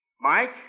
Mike